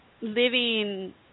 living